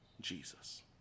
Jesus